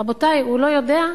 רבותי, הוא לא יודע?